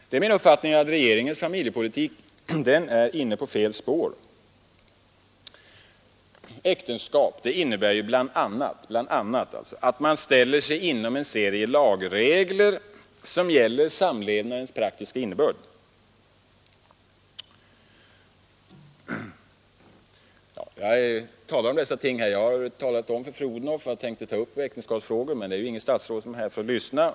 Det är min uppfattning att regeringens familjepolitik är inne på fel spår. Äktenskap innebär ju — bl.a. — att man ställer sig inom en serie lagregler som gäller samlevnadens praktiska innebörd. Jag har visserligen talat om för fru Odhnoff att jag tänkte ta upp familjefrågor i denna debatt, men inget statsråd är här för att lyssna.